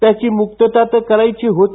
त्याची मुक्तता तर करायची होती